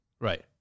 Right